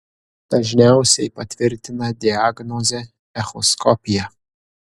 dažniausiai patvirtina diagnozę echoskopija